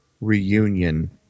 reunion